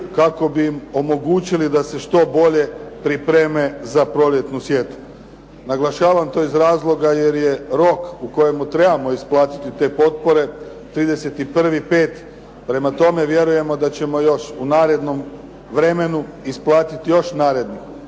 kako bi im omogućili da se što bolje pripreme za proljetnu sjetvu. Naglašavam to iz razloga jer je rok u kojemu trebamo isplatiti te potpore 31.5., prema tome vjerujemo da ćemo još u narednom vremenu isplatiti isplatiti